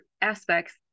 aspects